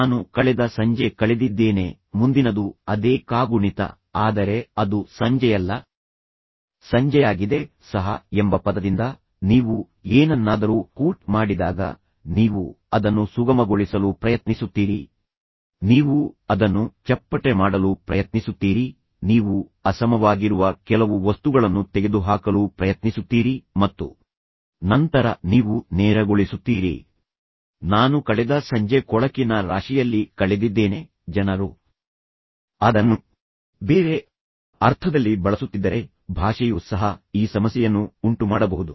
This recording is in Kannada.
ನಾನು ಕಳೆದ ಸಂಜೆ ಕಳೆದಿದ್ದೇನೆ ಮುಂದಿನದು ಅದೇ ಕಾಗುಣಿತ ಆದರೆ ಅದು ಸಂಜೆಯಲ್ಲ ಸಂಜೆಯಾಗಿದೆ ಸಹ ಎಂಬ ಪದದಿಂದ ನೀವು ಏನನ್ನಾದರೂ ಔಟ್ ಮಾಡಿದಾಗ ನೀವು ಅದನ್ನು ಸುಗಮಗೊಳಿಸಲು ಪ್ರಯತ್ನಿಸುತ್ತೀರಿ ಪ್ರನೀವು ಅದನ್ನು ಚಪ್ಪಟೆ ಮಾಡಲು ಪ್ರಯತ್ನಿಸುತ್ತೀರಿ ನೀವು ಅಸಮವಾಗಿರುವ ಕೆಲವು ವಸ್ತುಗಳನ್ನು ತೆಗೆದುಹಾಕಲು ಪ್ರಯತ್ನಿಸುತ್ತೀರಿ ಮತ್ತು ನಂತರ ನೀವು ನೇರಗೊಳಿಸುತ್ತೀರಿ ನಾನು ಕಳೆದ ಸಂಜೆ ಕೊಳಕಿನ ರಾಶಿಯಲ್ಲಿ ಕಳೆದಿದ್ದೇನೆ ಜನರು ಅದನ್ನು ಬೇರೆ ಅರ್ಥದಲ್ಲಿ ಬಳಸುತ್ತಿದ್ದರೆ ಭಾಷೆಯು ಸಹ ಈ ಸಮಸ್ಯೆಯನ್ನು ಉಂಟುಮಾಡಬಹುದು